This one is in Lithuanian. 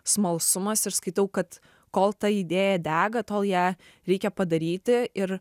smalsumas ir skaitau kad kol ta idėja dega tol ją reikia padaryti ir